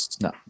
No